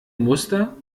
muster